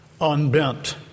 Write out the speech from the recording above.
unbent